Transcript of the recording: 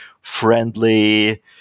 friendly